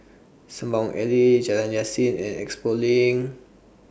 Sembawang Alley Jalan Yasin and Expo LINK